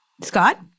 Scott